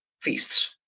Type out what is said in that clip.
feasts